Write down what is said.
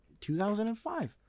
2005